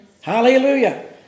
Hallelujah